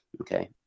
okay